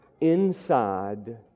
inside